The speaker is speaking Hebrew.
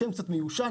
זה שם קצת מיושן.